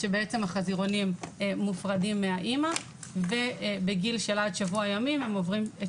כשבעצם החזירונים מופרדים מהאמא ובגיל של עד שבוע ימים הם עוברים את